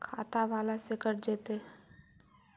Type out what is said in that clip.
खाता बाला से कट जयतैय?